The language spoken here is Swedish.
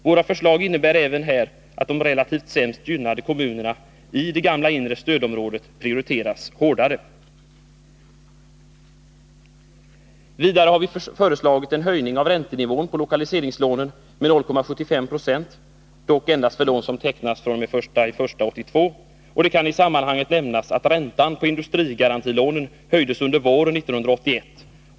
Våra förslag innebär även i detta avseende att de relativt sett sämst gynnade kommunerna i det gamla inre stödområdet prioriteras hårdare. Vidare har vi föreslagit en höjning av räntenivån på lokaliseringslånen med 0,75 96, dock endast för lån som tecknas fr.o.m. den 1 januari 1982. Det kan i sammanhanget nämnas att räntan på industrigarantilånen höjdes under våren 1981.